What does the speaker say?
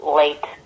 late